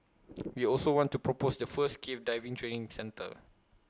we also want to propose the first cave diving training centre